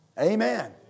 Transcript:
amen